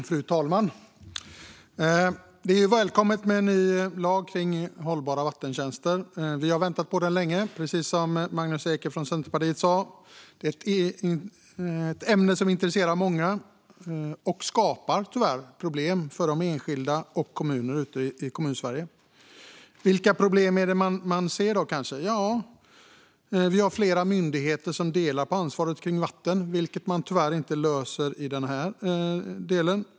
Fru talman! Det är välkommet med en ny lag om hållbara vattentjänster. Vi har väntat på den länge, precis som Magnus Ek från Centerpartiet sa. Det är ett ämne som intresserar många och som tyvärr skapar problem för enskilda och Kommunsverige. Vilka problem är det då som man ser? Vi har flera myndigheter som delar på ansvaret för vatten, vilket man tyvärr inte löser här.